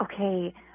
okay